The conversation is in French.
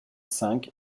cinq